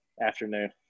afternoon